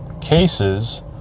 cases